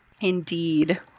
Indeed